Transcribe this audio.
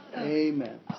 Amen